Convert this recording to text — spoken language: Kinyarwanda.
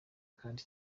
kandi